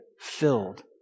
filled